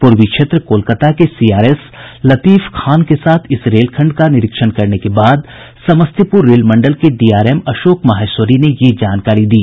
पूर्वी क्षेत्र कोलकता के सीआरएस लतीफ खान के साथ इस रेलखंड का निरीक्षण के बाद समस्तीपुर रेल मंडल के डीआरएम अशोक माहेश्वरी ने यह जानकारी दी